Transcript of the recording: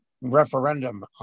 referendum